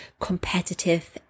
competitive